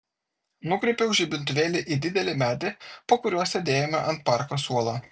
nukreipiau žibintuvėlį į didelį medį po kuriuo sėdėjome ant parko suolo